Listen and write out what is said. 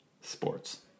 sports